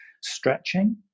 stretching